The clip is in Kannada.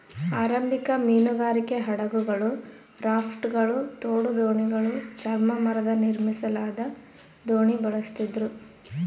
ಆರಂಭಿಕ ಮೀನುಗಾರಿಕೆ ಹಡಗುಗಳು ರಾಫ್ಟ್ಗಳು ತೋಡು ದೋಣಿಗಳು ಚರ್ಮ ಮರದ ನಿರ್ಮಿಸಲಾದ ದೋಣಿ ಬಳಸ್ತಿದ್ರು